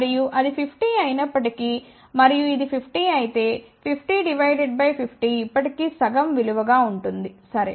మరియు అది 50 అయినప్పటి కీ మరియు ఇది 50 అయితే 50 డివైడెడ్ బై 50 ఇప్పటి కీ సగం విలువగా ఉంటుంది సరే